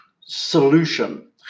solution